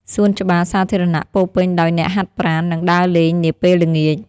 សួនច្បារសាធារណៈពោរពេញដោយអ្នកហាត់ប្រាណ និងដើរលេងនាពេលល្ងាច។